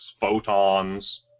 photons